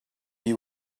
you